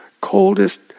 coldest